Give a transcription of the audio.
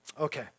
Okay